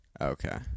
Okay